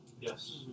yes